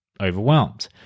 overwhelmed